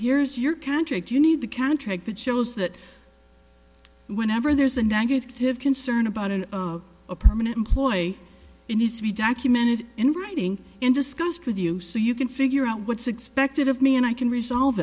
here's your contract you need the contract that shows that whenever there's a negative concern about an a permanent employee in this we documented in writing and discussed with you so you can figure out what's expected of me and i can resolve